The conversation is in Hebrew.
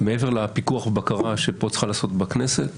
מעבר לפיקוח ובקרה שפה צריכה להיעשות בכנסת,